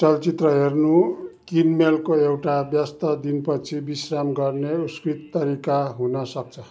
चलचित्र हेर्नु किनमेलको एउटा व्यस्त दिनपछि विश्राम गर्ने उत्कृष्ट तरिका हुनसक्छ